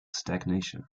stagnation